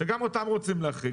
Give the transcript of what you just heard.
שגם אותם רוצים להחריג.